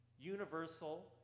universal